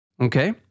Okay